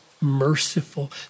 merciful